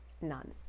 None